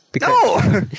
No